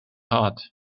heart